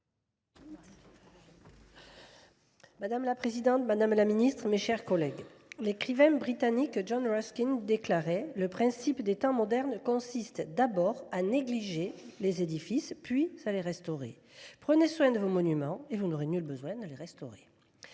Madame la présidente, madame la ministre, mes chers collègues, l’écrivain britannique John Ruskin déclarait à ses contemporains :« Le principe des temps modernes consiste d’abord à négliger les édifices, puis à les restaurer. Prenez soin de vos monuments et vous n’aurez nul besoin de les restaurer. »